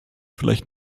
vielleicht